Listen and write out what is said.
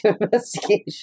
investigation